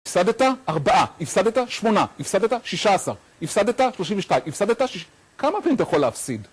‫הפסדת? ארבעה. ‫הפסדת? שמונה. ‫הפסדת? שישה עשר. ‫הפסדת? שלושים ושתיים. ‫הפסדת? שיש... ‫כמה פעמים אתה יכול להפסיד?